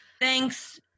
thanks